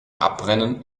abbrennen